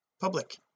public